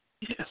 Yes